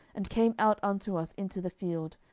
and came out unto us into the field,